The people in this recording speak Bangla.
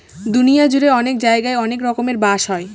দুনিয়া জুড়ে অনেক জায়গায় অনেক রকমের বাঁশ হয়